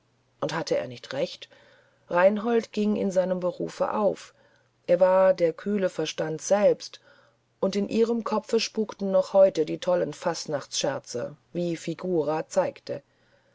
und hatte er nicht recht reinhold ging in seinem berufe auf er war der kühle verstand selbst und in ihrem kopfe spukten heute noch tolle fastnachtsscherze wie figura zeigte